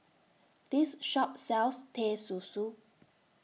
This Shop sells Teh Susu